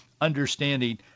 understanding